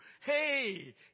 Hey